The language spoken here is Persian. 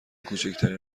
کوچکترین